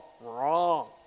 Wrong